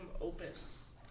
opus